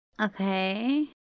Okay